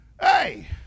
Hey